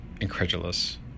incredulous